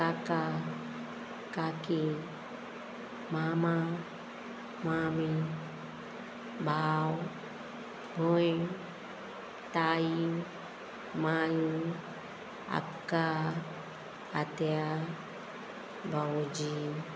काका काकी मामा मामी भाव भयण ताई माई आक्का आत्या भावोजी